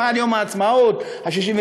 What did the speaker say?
למען יום העצמאות ה-69,